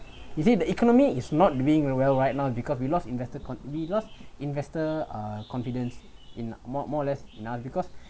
is it the economy is not doing well right now because we lost investor con~ we lost investor uh confidence in more more or less now because